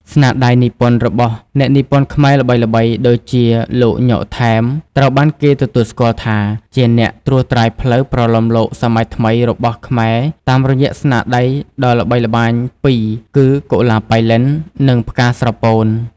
ស្នាដៃនិពន្ធរបស់អ្នកនិពន្ធខ្មែរល្បីៗដូចជាលោក ញ៉ុក ថែម ត្រូវបានគេទទួលស្គាល់ថាជាអ្នកត្រួសត្រាយផ្លូវប្រលោមលោកសម័យថ្មីរបស់ខ្មែរតាមរយៈស្នាដៃដ៏ល្បីល្បាញពីរគឺ កុលាបប៉ៃលិន និង ផ្កាស្រពោន។